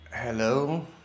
Hello